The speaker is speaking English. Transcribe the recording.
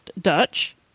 Dutch